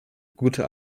gute